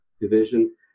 division